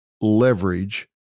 leverage